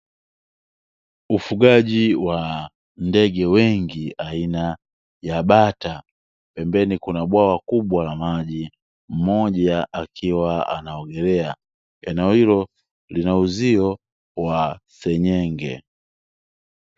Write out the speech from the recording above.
Ufugaji wa ndege wengi aina ya bata, pembeni kuna bwawa kubwa la maji, mmoja akiwa anaogelea. Eneo hilo lina uzio wa senyenge.